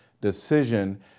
decision